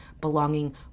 belonging